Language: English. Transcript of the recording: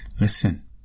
listen